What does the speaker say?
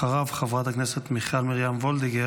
אחריו, חברת הכנסת מיכל מרים וולדיגר.